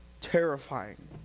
Terrifying